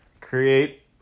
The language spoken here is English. create